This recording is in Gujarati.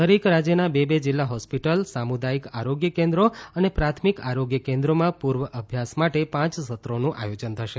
દરેક રાજ્યના બે બે જિલ્લા હોસ્પિટલ સામુદાથિક આરોગ્ય કેન્દ્રો અને પ્રાથમિક આરોગ્ય કેન્દ્રોમાં પૂર્વ અભ્યાસ માટે પાંચ સત્રોનું આયોજન થશે